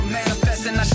manifesting